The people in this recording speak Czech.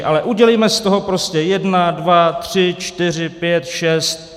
Ale udělejme z toho prostě, jedna, dva, tři, čtyři, pět, šest...